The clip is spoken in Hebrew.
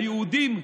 היהודים,